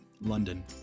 London